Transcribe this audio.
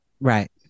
Right